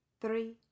three